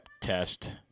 test